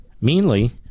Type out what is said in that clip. meanly